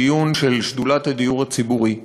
מדיון של שדולת הדיור הציבורי.